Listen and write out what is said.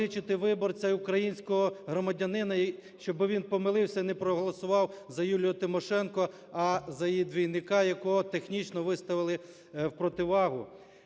виборця і українського громадянина, щоб він помилився і не проголосував за Юлію Тимошенко, а за її двійника, якого технічно виставили в противагу.